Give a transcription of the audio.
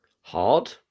Hard